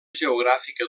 geogràfica